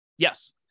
Yes